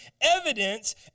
evidence